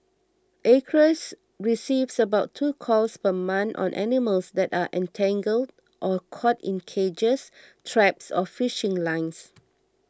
acres receives about two calls per month on animals that are entangled or caught in cages traps or fishing lines